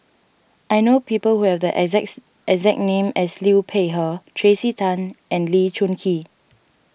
I know people who have the exact exact name as Liu Peihe Tracey Tan and Lee Choon Kee